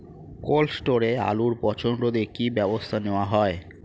Cold স্টোরে আলুর পচন রোধে কি ব্যবস্থা নেওয়া হয়?